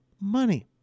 money